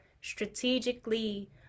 strategically